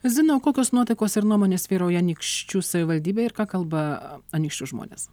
zina kokios nuotaikos ir nuomonės vyrauja anykščių savivaldybėje ir ką kalba anykščių žmonės